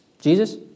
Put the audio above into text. Jesus